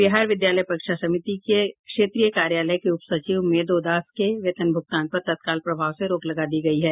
बिहार विद्यालय परीक्षा समिति के क्षेत्रीय कार्यालय के उप सचिव मेदो दास के वेतन भूगतान पर तत्काल प्रभाव से रोक लगा दी गई है